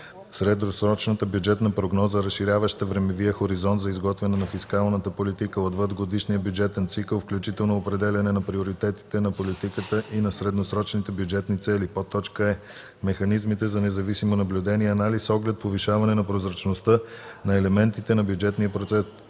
средносрочната бюджетна прогноза, разширяваща времевия хоризонт за изготвяне на фискалната политика отвъд годишния бюджетен цикъл, включително определяне на приоритетите на политиката и на средносрочните бюджетни цели; е) механизмите за независимо наблюдение и анализ с оглед повишаване на прозрачността на елементите на бюджетния процес;